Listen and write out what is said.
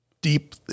deep